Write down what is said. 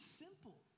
simple